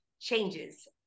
changes